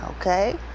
okay